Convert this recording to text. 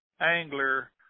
angler